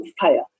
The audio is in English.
fire